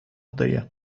дає